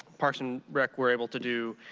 parks and rec were able to do.